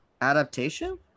Adaptation